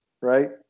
right